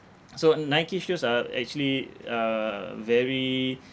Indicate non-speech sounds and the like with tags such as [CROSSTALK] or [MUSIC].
[NOISE] so Nike shoes are actually uh very